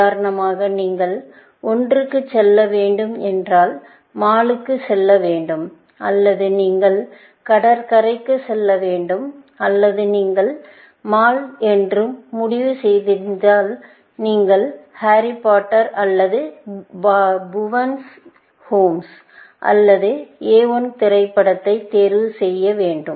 உதாரணமாக நீங்கள் ஒன்றுக்கு செல்ல வேண்டும் என்றால் மாலுக்குச் செல்ல வேண்டும் அல்லது நீங்கள் கடற்கரைக்குச் செல்ல வேண்டும் அல்லது நீங்கள் மால் என்று முடிவு செய்திருந்தால் நீங்கள் ஹாரி பாட்டர் அல்லது புவனின்Harry Potter or Bhuvan's வீடு அல்லது A1 திரைப்படத்தைத் தேர்வு செய்ய வேண்டும்